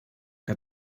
que